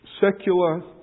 secular